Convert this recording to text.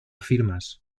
firmas